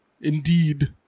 indeed